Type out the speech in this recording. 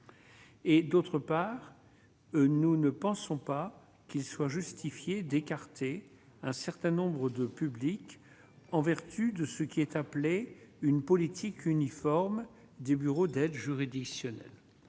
Et d'autre part, nous ne pensons pas qu'il soit justifié d'écarter un certain nombre de public en vertu de ce qui est appelé une politique uniforme du bureau d'aide. Juridictionnel,